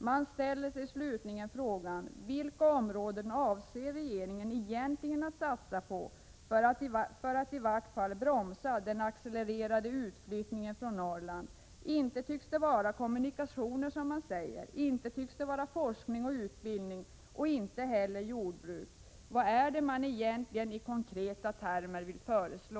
Man ställer sig frågan: Vilka områden avser regeringen egentligen att satsa på för att i vart fall bromsa den accelererande utflyttningen från Norrland? Inte tycks det, som man säger, vara kommunikationer. Inte tycks det vara forskning och utbildning, och inte heller tycks det vara jordbruk. Vad är det egentligen, i konkreta termer, man vill föreslå?